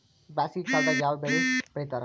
ಬ್ಯಾಸಗಿ ಕಾಲದಾಗ ಯಾವ ಬೆಳಿ ಬೆಳಿತಾರ?